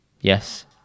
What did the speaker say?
Yes